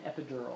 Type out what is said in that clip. epidural